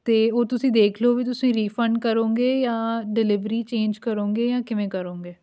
ਅਤੇ ਉਹ ਤੁਸੀਂ ਦੇਖ ਲਉ ਵੀ ਤੁਸੀਂ ਰੀਫੰਡ ਕਰੋਗੇ ਜਾਂ ਡਿਲੀਵਰੀ ਚੇਂਜ ਕਰੋਗੇ ਜਾਂ ਕਿਵੇਂ ਕਰੋਗੇ